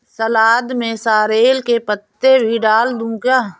सलाद में सॉरेल के पत्ते भी डाल दूं क्या?